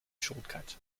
shortcut